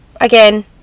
Again